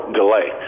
delay